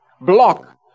block